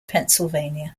pennsylvania